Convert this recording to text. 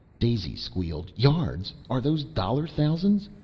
daisy squealed, yards are those dollar thousands?